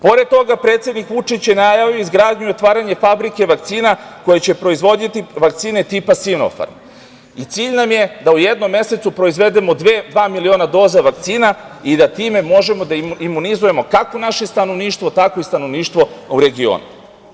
Pored toga, predsednik Vučić je najavio izgradnju i otvaranje fabrike vakcina koja će proizvoditi vakcine tipa „Sinofarm“ i cilj nam je da u jednom mesecu proizvedemo dva miliona doza vakcina i da time možemo da imunizujemo kako naše stanovništvo, tako i stanovništvo u regionu.